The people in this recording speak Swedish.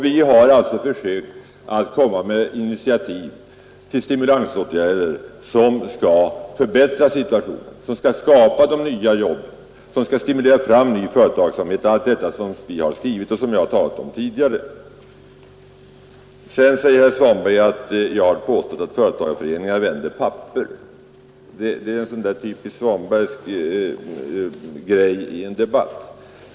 Vi har försökt att komma med initiativ till åtgärder som skulle kunna förbättra situationen, skapa nya jobb och stimulera fram ny företagsamhet. Det är allt detta som vi har skrivit i vår motion och som jag talat om tidigare. Vidare säger herr Svanberg att jag har påstått att företagarföreningarna ”vänder papper”. Det är en sådan där typisk Svanbergsk grej i en debatt.